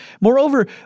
Moreover